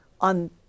on